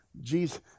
Jesus